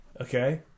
Okay